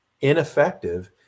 ineffective